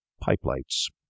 pipe-lights